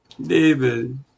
David